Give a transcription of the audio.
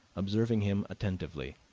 observing him attentively,